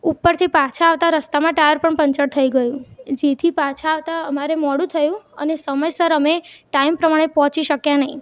ઉપરથી પાછા આવતા રસ્તામાં ટાયર પણ પંચર થઈ ગયું જેથી પાછા આવતાં અમારે મોડું થયું અને સમયસર અમે ટાઈમ પ્રમાણે પહોંચી શક્યા નહીં